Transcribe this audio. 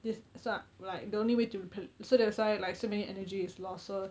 this so I'm like the only way to so that's why like so many energy is lost so